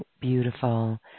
beautiful